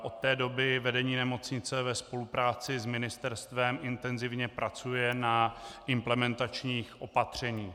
Od té doby vedení nemocnice ve spolupráci s ministerstvem intenzivně pracuje na implementačních opatřeních.